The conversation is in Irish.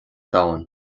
domhan